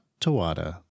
Tawada